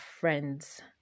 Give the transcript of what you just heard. friends